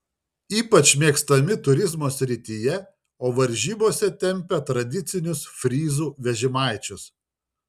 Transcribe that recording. ypač mėgstami turizmo srityje o varžybose tempia tradicinius fryzų vežimaičius